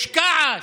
יש כעס.